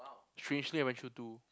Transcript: strangely I went through two